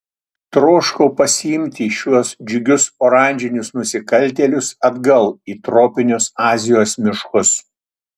troškau pasiimti šiuos džiugius oranžinius nusikaltėlius atgal į tropinius azijos miškus